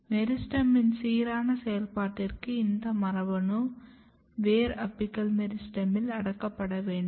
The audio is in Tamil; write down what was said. மெரிஸ்டெமின் சீரான செயல்பாட்டிற்கு இந்த மரபணு வேர் அபிக்கல் மெரிஸ்டெமில் அடக்கப்பட வேண்டும்